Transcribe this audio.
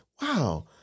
wow